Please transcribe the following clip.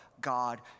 God